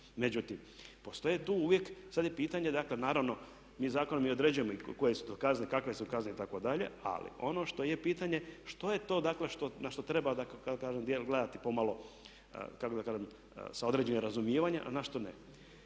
Međutim, postoje tu uvijek, sad je pitanje dakle naravno mi zakonom i određujemo koje su to kazne, kakve su kazne itd. ali ono što je pitanje, što je to dakle na što treba u pravnom djelu treba gledati pomalo kako da kažem sa određenim razumijevanjem a ne što ne.